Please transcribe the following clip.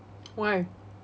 why